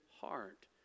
heart